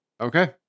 Okay